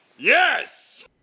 Yes